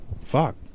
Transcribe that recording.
Fuck